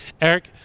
Eric